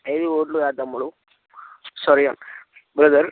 ఐదు కోట్లు కాదు తమ్ముడు సారీ అండ్ బ్రదర్